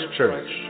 Church